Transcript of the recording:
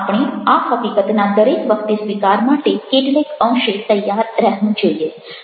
આપણે આ હકીકતના દરેક વખતે સ્વીકાર માટે કેટલેક અંશે તૈયાર રહેવું જોઈએ